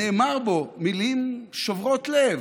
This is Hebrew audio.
נאמרו בה מילים שוברות לב: